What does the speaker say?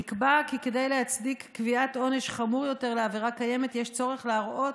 נקבע כי כדי להצדיק קביעת עונש חמור יותר לעבירה קיימת יש צורך להראות